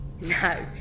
No